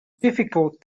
difficult